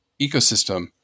ecosystem